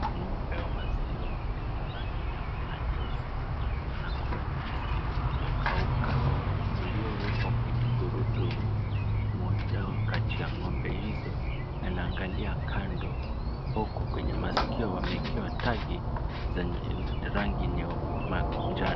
Ng'ombe wa maziwa, walio na rangi nyeupe na nyeusi, wanakula nyasi uliokauka, uliowekwa kwenye gurudumu. Mmoja kati ya ng'ombe hizo, anaangalia kando, huku kwenye masikio wameekewa tagi, zenye rangi manjano.